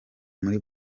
muri